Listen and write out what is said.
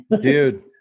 dude